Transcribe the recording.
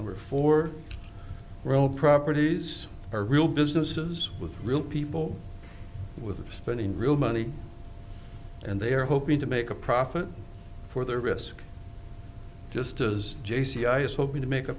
over for real properties are real businesses with real people with spending real money and they are hoping to make a profit for their risk just as j c ice hoping to make a